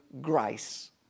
grace